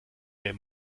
der